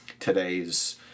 today's